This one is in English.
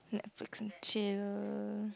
Netflix and chill